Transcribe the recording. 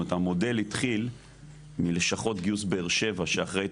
המודל התחיל מלשכת גיוס ב"ש שאחראית